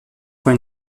fois